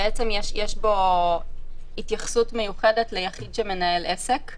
למעשה, יש בו התייחסות מיוחדת ליחיד שמנהל עסק.